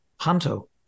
Panto